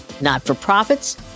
not-for-profits